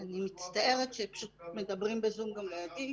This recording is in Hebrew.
אני מצטערת שפשוט מדברים בזום גם לידי.